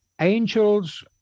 Angels